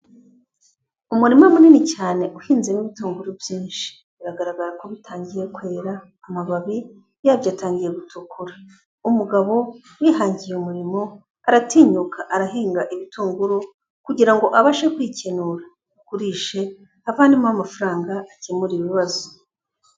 Umurima munini cyane uhinzemo ibitunguru byinshi biragaragara ko bitangiye kwera amababi yabyo atangiye gutukura. Umugabo wihangiye umurimo, aratinyuka arahinga ibitunguru kugira ngo abashe kwikenura, agurishe avanemo amafaranga akemure ibibazo.